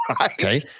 Okay